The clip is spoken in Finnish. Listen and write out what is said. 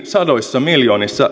sadoissa miljoonissa